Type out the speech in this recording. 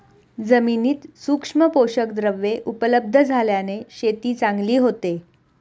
जमिनीत सूक्ष्म पोषकद्रव्ये उपलब्ध झाल्याने शेती चांगली होते